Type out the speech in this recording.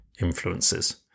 influences